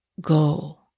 go